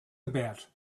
about